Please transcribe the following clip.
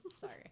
Sorry